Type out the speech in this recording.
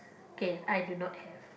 okay I do not have